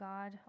God